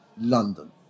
London